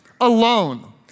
alone